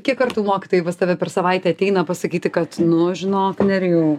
kiek kartų mokytojai pas tave per savaitę ateina pasakyti kad nu žinok nerijau